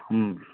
ಹ್ಞೂ